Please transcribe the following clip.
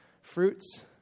fruits